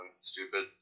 stupid